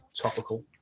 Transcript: topical